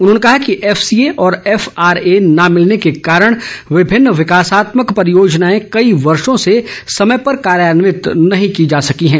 उन्होंने कहा कि एफ सीए और एफ आरए न मिलने के कारण विभिन्न विकासात्मक परियोजनाए कई वर्षों से समय पर कार्यान्वित नहीं की जा सकी हैं